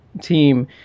team